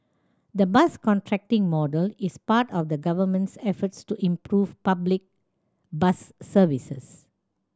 the bus contracting model is part of the Government's efforts to improve public bus services